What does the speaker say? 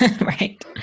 Right